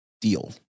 deal